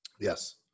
Yes